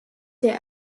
der